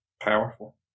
powerful